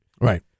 right